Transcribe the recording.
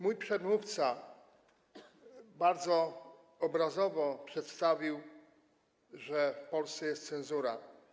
Mój przedmówca bardzo obrazowo przedstawił, że w Polsce jest cenzura.